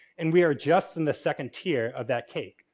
and we are just in the second tier of that cake.